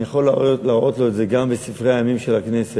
אני יכול להראות לו את זה גם בספרי הימים של הכנסת,